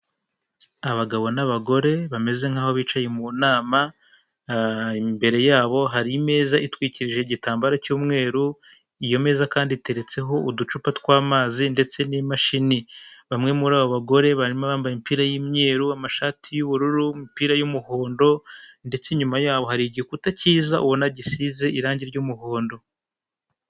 Abagabo n'abagore bameze nkaho bicaye mu nama, imbere yabo hari imeza itwikirije igitambaro cy'umweru iyo meza kandi iteretseho uducupa tw'amazi ndetse n'imashini, bamwe muri abo bagore barimo abambaye imipira y'imweru, amashati y'ubururu, imupira y'umuhondo ndetse inyuma yabo hari igikuta kiza ubona gisize irange ry'umuhondo.